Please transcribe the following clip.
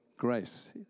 Grace